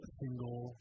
single